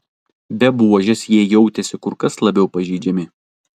be buožės jie jautėsi kur kas labiau pažeidžiami